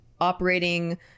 operating